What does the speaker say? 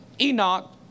Enoch